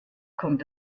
kommt